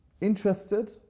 interested